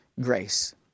grace